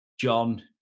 John